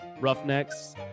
Roughnecks